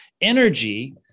Energy